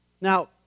Now